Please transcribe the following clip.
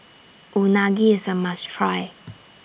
Unagi IS A must Try